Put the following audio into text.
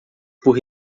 por